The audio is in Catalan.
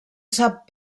sap